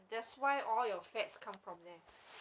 that's why that's why all your flats come from them